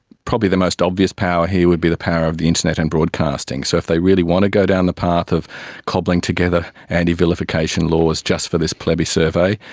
probably the most obvious power here would be the power of the internet and broadcasting. so if they really want to go down the path of cobbling together anti-vilification laws just this plebi-survey,